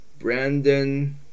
Brandon